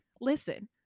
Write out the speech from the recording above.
Listen